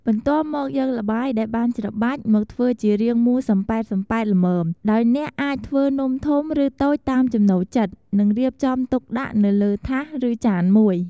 បន្ទាប់មកយកល្បាយដែលបានច្របាច់ មកធ្វើជារាងមូលសំប៉ែតៗល្មម ដោយអ្នកអាចធ្វើនំធំ ឬតូចតាមចំណូលចិត្ត នឹងរៀបចំទុកដាក់នៅលើថាស ឬចានមួយ។